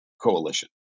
coalition